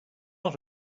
lot